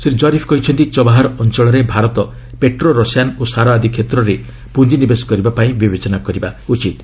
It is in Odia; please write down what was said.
ଶ୍ରୀ ଜରିଫ୍ କହିଛନ୍ତି ଚବାହାର ଅଞ୍ଚଳରେ ଭାରତ ପେଟୋ ରସାୟନ ଓ ସାର ଆଦି କ୍ଷେତ୍ରେ ପୁଞ୍ଜିନିବେଶ କରିବା ପାଇଁ ବିବେଚନା କରିବା ଉଚିତ୍